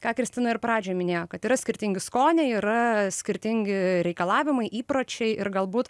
ką kristina ir pradžioj minėjo kad yra skirtingi skoniai yra skirtingi reikalavimai įpročiai ir galbūt